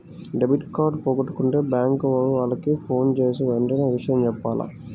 debit card పోగొట్టుకుంటే bank వాళ్లకి ఫోన్జేసి వెంటనే విషయం జెప్పాల